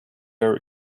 our